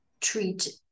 treat